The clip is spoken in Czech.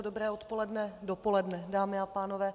Dobré odpoledne, dopoledne, dámy a pánové.